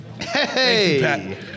Hey